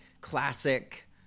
classic